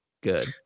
good